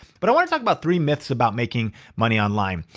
but i wanna talk about three myths about making money online.